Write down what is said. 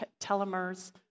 Telomeres